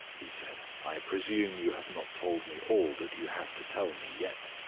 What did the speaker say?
he said. i presume you have not told me all that you have to tell me, yet?